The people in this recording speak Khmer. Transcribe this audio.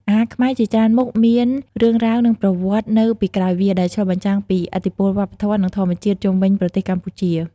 អាហារខ្មែរជាច្រើនមុខមានរឿងរ៉ាវ និងប្រវត្តិនៅពីក្រោយវា ដែលឆ្លុះបញ្ចាំងពីឥទ្ធិពលវប្បធម៌ និងធម្មជាតិជុំវិញប្រទេសកម្ពុជា ។